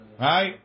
right